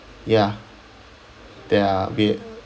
ya they are weird